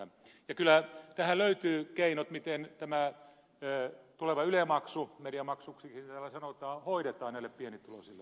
kyllä tähän löytyy keinot miten tämä tuleva yle maksu mediamaksuksikin täällä sitä sanotaan hoidetaan näille pienituloisille